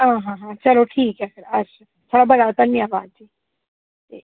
हां हां हां चलो ठीक ऐ फ्ही अच्छा थुआढ़ा बड़ा धन्नवाद जी